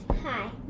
Hi